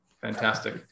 Fantastic